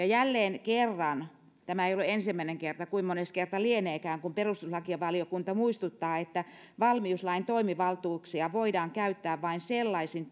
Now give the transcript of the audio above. jälleen kerran tämä ei ole ensimmäinen kerta kuinka mones kerta lieneekään perustuslakivaliokunta muistuttaa että valmiuslain toimivaltuuksia voidaan käyttää vain sellaisin